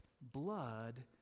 blood